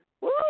Woo